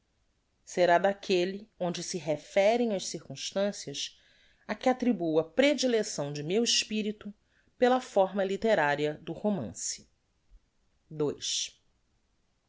será d'aquelle onde se referem as circumstancias á que attribuo a predilecção de meu espirito pela fórma litteraria do romance ii